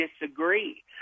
disagree